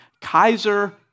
Kaiser